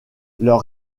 leur